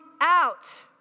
out